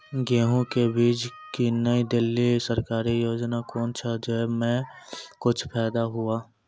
गेहूँ के बीज की नई दिल्ली सरकारी योजना कोन छ जय मां कुछ फायदा हुआ?